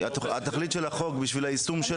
התכלית של החוק בשביל היישום,